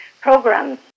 programs